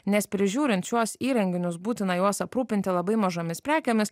nes prižiūrint šiuos įrenginius būtina juos aprūpinti labai mažomis prekėmis